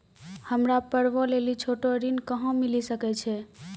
हमरा पर्वो लेली छोटो ऋण कहां मिली सकै छै?